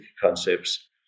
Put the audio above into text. concepts